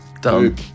Done